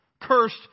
cursed